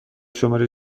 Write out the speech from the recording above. شماره